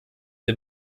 der